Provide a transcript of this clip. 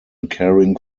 caring